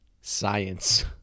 Science